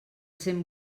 cent